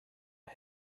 are